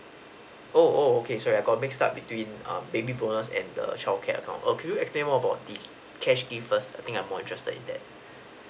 oh oh okay sorry I got mixed up between um baby bonus and the childcare account err can you explain more about the cash gift first I think I'm more interested in that